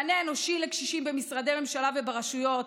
מענה אנושי לקשישים במשרדי ממשלה וברשויות,